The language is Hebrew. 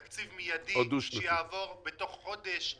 תקציב מידי שיעבור בתוך חודש,